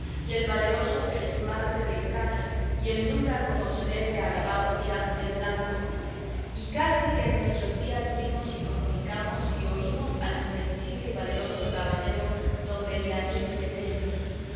y el valeroso felixmarte de hircania y el nunca como se debe alabado tirante el blanco y casi que en nuestros días vimos y comunicamos y oímos al invencible y valeroso caballero don belianís de grecia